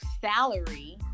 salary